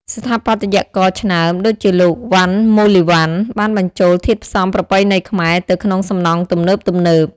ស្ថាបត្យករឆ្នើមដូចជាលោក វណ្ណ ម៉ូលីវណ្ណ បានបញ្ចូលធាតុផ្សំប្រពៃណីខ្មែរទៅក្នុងសំណង់ទំនើបៗ។